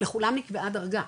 לכולם נקבעה דרגה,